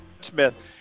Smith